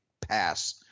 pass